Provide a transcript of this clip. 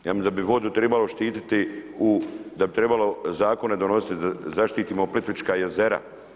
Ja mislim da bi vodu tribalo štititi da bi trebalo zakone donositi da zaštitimo Plitvička jezera.